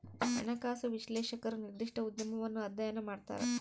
ಹಣಕಾಸು ವಿಶ್ಲೇಷಕರು ನಿರ್ದಿಷ್ಟ ಉದ್ಯಮವನ್ನು ಅಧ್ಯಯನ ಮಾಡ್ತರ